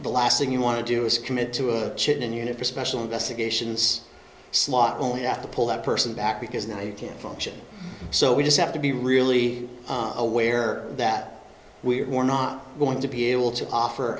the last thing you want to do is commit to a chip in unit for special investigations slot only have to pull that person back because now you can't function so we just have to be really aware that we're not going to be able to offer